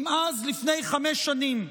אם אז, לפני חמש שנים,